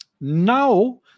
Now